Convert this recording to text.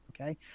okay